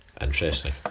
Interesting